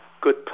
good